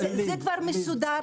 כבר מסודר.